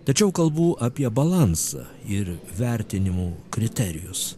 tačiau kalbu apie balansą ir vertinimų kriterijus